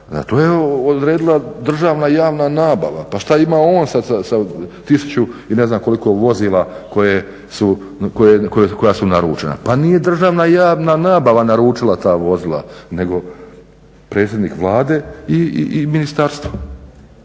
to je odredila državna javna nabava. Pa šta ima on sa tisuću i ne znam koliko vozila koja su naručena, pa nije državna javna nabava naručila ta vozila, nego predsjednik Vlade i ministarstvo.